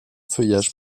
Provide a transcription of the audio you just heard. feuillage